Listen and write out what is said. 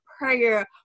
prayer